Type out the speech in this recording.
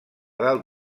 dalt